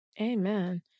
amen